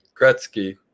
Gretzky